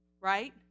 right